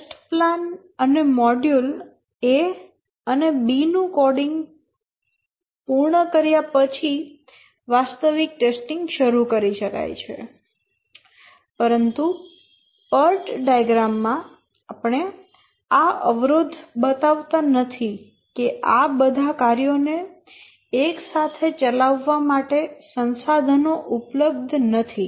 test plan અને module A અને B નું કોડિંગ પૂર્ણ કર્યા પછી વાસ્તવિક ટેસ્ટીંગ કરી શકાય છે પરંતુ PERT ડાયાગ્રામ માં આપણે આ અવરોધ બતાવતા નથી કે આ બધા કાર્યો ને એક સાથે ચલાવવા માટે સંસાધનો ઉપલબ્ધ નથી